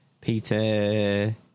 Peter